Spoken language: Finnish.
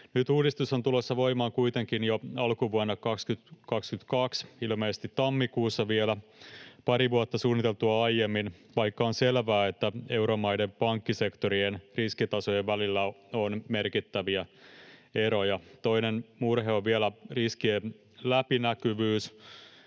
Nyt uudistus on tulossa voimaan kuitenkin jo alkuvuonna 2022, ilmeisesti tammikuussa vielä, pari vuotta suunniteltua aiemmin, vaikka on selvää, että euromaiden pankkisektorien riskitasojen välillä on merkittäviä eroja. Toinen murhe on vielä riskien läpinäkyvyys,